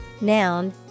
Noun